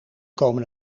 komen